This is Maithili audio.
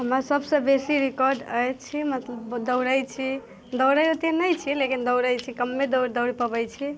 हमरा सभसँ बेसी रिकार्ड अछि मत दौड़ै छी दौड़ै ओते नहि छी लेकिन दौड़ै छी कमे दौड़ दौड़ पबै छी